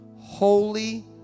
holy